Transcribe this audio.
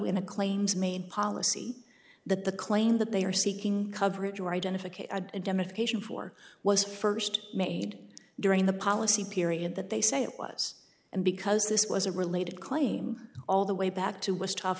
in a claims made policy that the claim that they are seeking coverage or identification a demonstration for was first made during the policy period that they say it was and because this was a related claim all the way back to was tough